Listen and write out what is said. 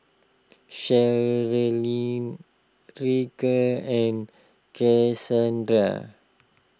Sharlene Ryker and Cassandra